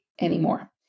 anymore